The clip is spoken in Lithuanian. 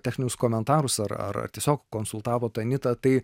techninius komentarus ar tiesiog konsultavot anytą tai